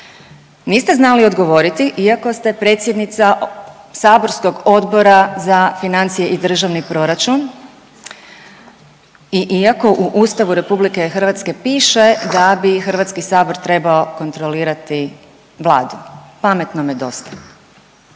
Niste znali odgovoriti iako ste predsjednica saborskog Odbora za financije i državni proračun i iako u Ustavu RH piše da bi HS trebao kontrolirati Vladu, pametnome dosta.